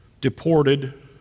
deported